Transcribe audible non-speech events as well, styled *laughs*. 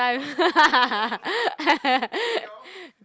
*laughs*